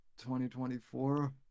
2024